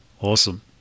Awesome